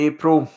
April